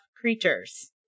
creatures